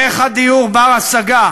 איך הדיור בר-השגה,